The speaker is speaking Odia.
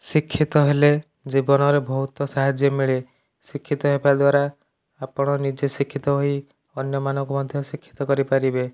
ଶିକ୍ଷିତ ହେଲେ ଜୀବନରେ ବହୁତ ସାହାଯ୍ୟ ମିଳେ ଶିକ୍ଷିତ ହେବା ଦ୍ୱାରା ଆପଣ ନିଜେ ଶିକ୍ଷିତ ହୋଇ ଅନ୍ୟ ମାନଙ୍କୁ ମଧ୍ୟ ଶିକ୍ଷିତ କରିପାରିବେ